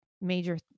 major